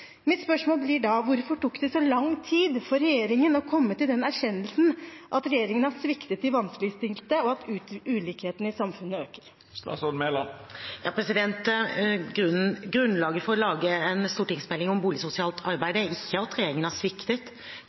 Mitt spørsmål blir da: Hvorfor tok det så lang tid for regjeringen å komme til den erkjennelsen at regjeringen har sviktet de vanskeligstilte, og at ulikhetene i samfunnet øker? Grunnlaget for å lage en stortingsmelding om boligsosialt arbeid er ikke at regjeringen har sviktet.